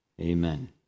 Amen